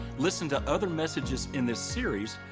listen to other messages in this series,